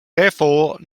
therefore